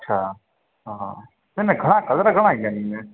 अच्छा हा हा न न घणा कलर घणा ईंदा आहिनि हिन में